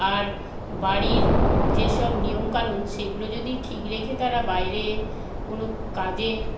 আর বাড়ির যেসব নিয়মকানুন সেগুলো যদি ঠিক রেখে তারা বাইরে কোন কাজে